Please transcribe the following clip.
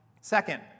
Second